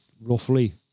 roughly